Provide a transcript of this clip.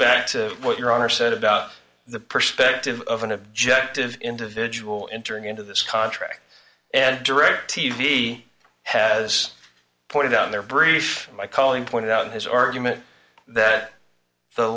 back to what your honor said about the perspective of an objective individual entering into this contract and direct t v has pointed out in their brief by calling point out his argument that the